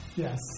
Yes